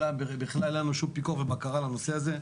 שבכלל לא היה לנו שום פיקוח ובקרה על הנושא הזה.